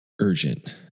urgent